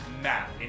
map